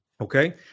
Okay